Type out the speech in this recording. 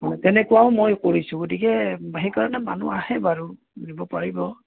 তেনেকুৱাও মই কৰিছোঁ গতিকে সেইকাৰণে মানুহ আহে বাৰু নিব পাৰিব